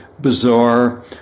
bizarre